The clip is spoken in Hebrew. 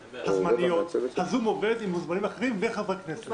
הזמניות הזום עובד עם מוזמנים אחרים וחברי כנסת,